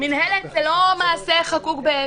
מנהלת זה לא מעשה חקוק באבן.